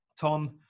tom